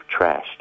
trashed